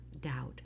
doubt